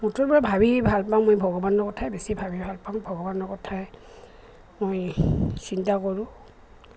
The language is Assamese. মুঠৰপৰা ভাবি ভালপাওঁ মই ভগৱানৰ কথাই বেছি ভাবি ভালপাওঁ ভগৱানৰ কথাই মই চিন্তা কৰোঁ